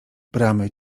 bramy